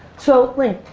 so linc,